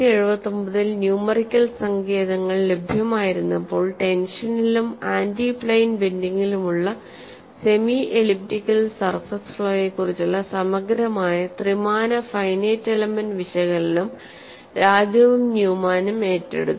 1979 ൽ ന്യൂമെറിക്കൽ സങ്കേതങ്ങൾ ലഭ്യമായിരുന്നപ്പോൾ ടെൻഷനിലും ആന്റി പ്ലെയ്ൻ ബെൻഡിങ്ങിലുമുള്ള സെമി എലിപ്റ്റിക്കൽ സർഫേസ് ഫ്ലോയെക്കുറിച്ചുള്ള സമഗ്രമായ ത്രിമാന ഫൈനൈറ്റ് എലമെന്റ് വിശകലനം രാജുവും ന്യൂമാനും ഏറ്റെടുത്തു